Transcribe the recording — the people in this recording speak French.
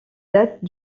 datent